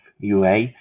UA